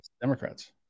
Democrats